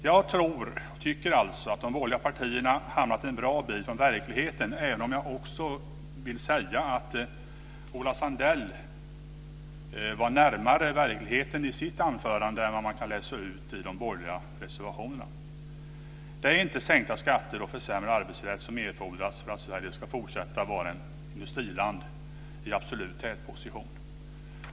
Jag tycker att de borgerliga partierna har hamnat en bra bit från verkligheten, även om jag också vill säga att Ola Sundell var närmare verkligheten i sitt anförande än vad man kan läsa ut i de borgerliga reservationerna. Det är inte sänkta skatter och försämrad arbetsrätt som erfordras för att Sverige ska fortsätta vara ett industriland i absolut tätposition.